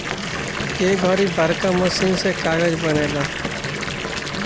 ए घड़ी बड़का मशीन से कागज़ बनेला